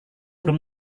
belum